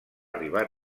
arribar